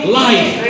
life